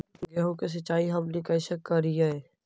गेहूं के सिंचाई हमनि कैसे कारियय?